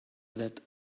that